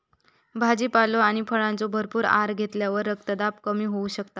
भाजीपालो आणि फळांचो भरपूर आहार घेतल्यावर रक्तदाब कमी होऊ शकता